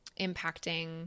impacting